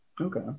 Okay